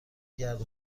گرد